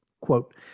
Quote